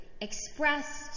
expressed